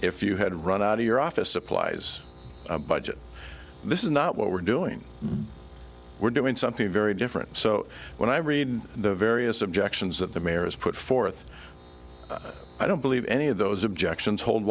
if you had run out of your office supplies budget this is not what we're doing we're doing something very different so when i read the various objections that the mayor has put forth i don't believe any of those objections hold